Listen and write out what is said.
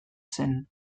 zen